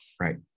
Right